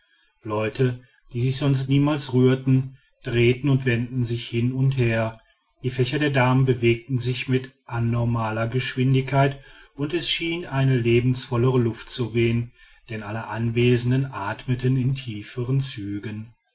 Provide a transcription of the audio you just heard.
leute die sich sonst niemals rührten drehten und wendeten sich hin und her die fächer der damen bewegten sich mit anormaler geschwindigkeit und es schien eine lebensvollere luft zu wehen denn alle anwesenden athmeten in tieferen zügen